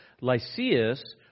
Lysias